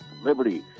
liberty